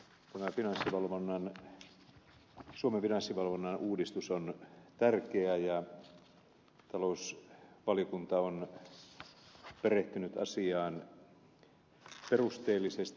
suomen finanssivalvonnan nyt on suuri ja se on uudistus on tärkeä ja talousvaliokunta on perehtynyt asiaan perusteellisesti